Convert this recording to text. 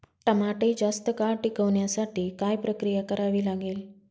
टमाटे जास्त काळ टिकवण्यासाठी काय प्रक्रिया करावी लागेल?